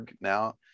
now